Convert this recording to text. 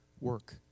work